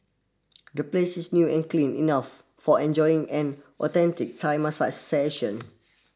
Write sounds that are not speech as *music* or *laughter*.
the place is new and clean enough for enjoying an *noise* authentic Thai massage session